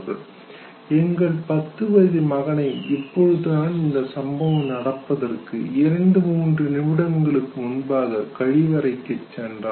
"எங்கள் 10 வயது மகன் இப்பொழுதுதான் இந்த சம்பவம் நடப்பதற்கு இரண்டு மூன்று நிமிடங்களுக்கு முன்பாக கழிவறைக்குச் சென்றான்